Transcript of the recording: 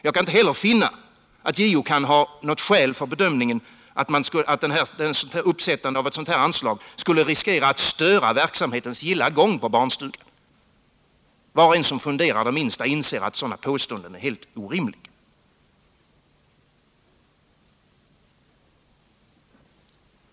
Jag kan inte heller finna att JO har något skäl för bedömningen att uppsättandet av ett sådant här anslag skulle riskera att störa verksamhetens gilla gång på barnstugan. Var och en som funderar det minsta inser att sådana påståenden är helt orimliga.